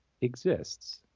exists